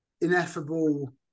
ineffable